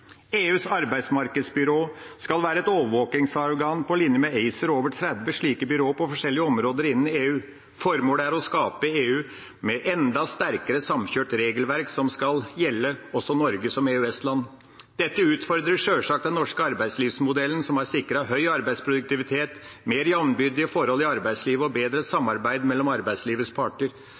EUs arbeidsmarkedsbyrå skal være et overvåkingsorgan på linje med ACER – over 30 slike byråer på forskjellige områder innen EU. Formålet er å skape et EU med enda sterkere samkjørt regelverk, som skal gjelde også Norge som EØS-land. Dette utfordrer sjølsagt den norske arbeidslivsmodellen, som har sikret høy arbeidsproduktivitet, mer jambyrdige forhold i arbeidslivet og bedre samarbeid mellom arbeidslivets parter.